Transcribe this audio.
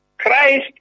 Christ